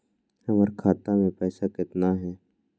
हमर खाता मे पैसा केतना है?